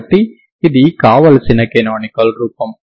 కాబట్టి ఇది కావలసిన కనానికల్ రూపం